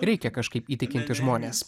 reikia kažkaip įtikinti žmones